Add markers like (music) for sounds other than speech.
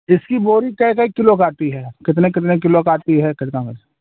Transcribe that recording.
इसकी बोरी कई कई किलो का आती है कितने कितने किलो का आती है कितना (unintelligible)